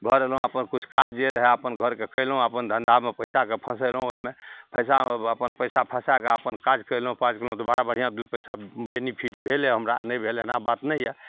घर अएलहुँ अपन किछु काज जे रहै अपन घरके कएलहुँ अपन धन्धामे पइसाके फसेलहुँ ओहिमे पइसा अपन पइसा फसैके अपन काज कएलहुँ काज कएलहुँ तऽ बड़ा बढ़िआँ दुइ पइसा बेनीफिट भेलै हमरा नहि भेल एना बात नहि यऽ